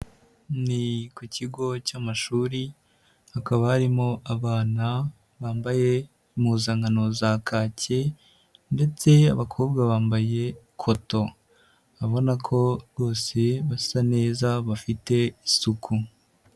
Ni ku kigo cy'amashuri hakaba harimo abana bambaye impuzankano za kake ndetse abakobwa bambaye koto, urabona ko rwose basa neza bafite isuku.